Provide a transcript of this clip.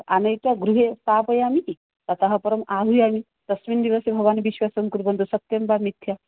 आनयित्वा गृहे स्थापयामि इति ततः परम् आह्वयामि तस्मिन् दिवसे भवान् विश्वासं कुर्वन्तु सत्यं वा मिथ्या